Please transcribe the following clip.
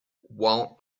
want